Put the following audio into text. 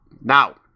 Now